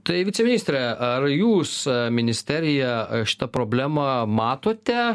tai viceministre ar jūs ministerija šitą problemą matote